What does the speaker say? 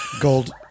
gold